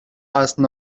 اصل